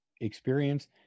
experience